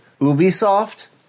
Ubisoft